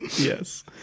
yes